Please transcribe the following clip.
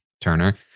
Turner